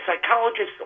psychologist